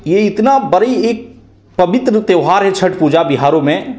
ये इतना बड़ी एक पवित्र त्यौहार है छठ पूजा बिहारियों में